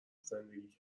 زندگی